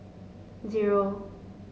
zero